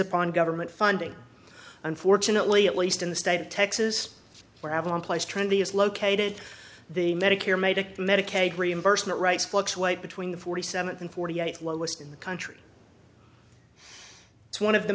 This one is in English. upon government funding unfortunately at least in the state of texas where avalon place twenty is located the medicare medicaid medicaid reimbursement rights fluctuate between the forty seventh and forty eight lowest in the country it's one of the